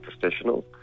professionals